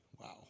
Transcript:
Wow